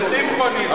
זה צמחוניזם.